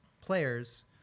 players